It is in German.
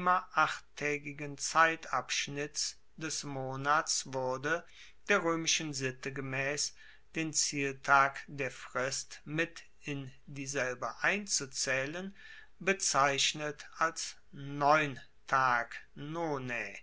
achttaegigen zeitabschnitts des monats wurde der roemischen sitte gemaess den zieltag der frist mit in dieselbe einzuzaehlen bezeichnet als neuntag nonae